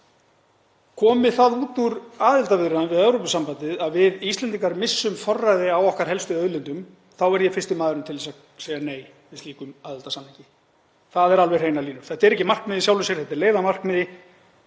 Komi það út úr aðildarviðræðum við Evrópusambandið að við Íslendingar missum forræði á okkar helstu auðlindum þá er ég fyrsti maðurinn til að segja nei við slíkum aðildarsamningi. Það eru alveg hreinar línur. Þetta er ekki markmið í sjálfu sér heldur leið að markmiði.